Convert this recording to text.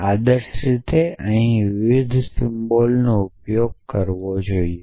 આદર્શ રીતે અહી વિવિધ સિમ્બલ્સનો ઉપયોગ કરવો જોઈએ